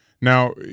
Now